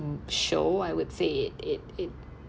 show I would say it it it